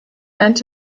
and